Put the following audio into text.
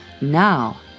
now